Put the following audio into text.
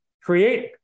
create